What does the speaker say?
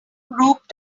rope